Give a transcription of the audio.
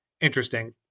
interesting